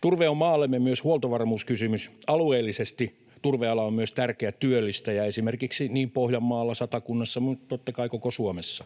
Turve on maallemme myös huoltovarmuuskysymys. Alueellisesti turveala on myös tärkeä työllistäjä esimerkiksi niin Pohjanmaalla, Satakunnassa kuin totta kai koko Suomessa.